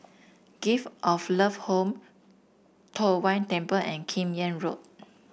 Gift of Love Home Tong Whye Temple and Kim Yam Road